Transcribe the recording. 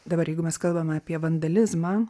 dabar jeigu mes kalbam apie vandalizmą